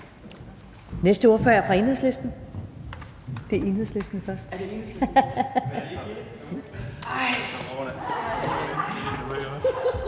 næste ordfører er fra Enhedslisten.